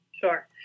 Sure